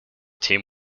team